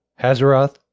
Hazaroth